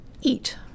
eat